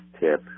tip